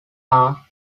are